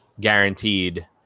guaranteed